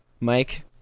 mike